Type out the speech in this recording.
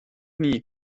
nie